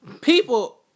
people